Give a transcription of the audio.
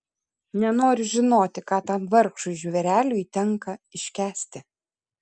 nenoriu žinoti ką tam vargšui žvėreliui tenka iškęsti